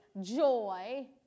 joy